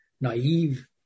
naive